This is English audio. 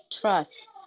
trust